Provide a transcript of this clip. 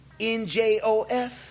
NJOF